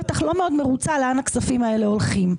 בטח לא מאוד מרוצה לאן הכספים האלה הולכים.